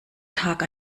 tag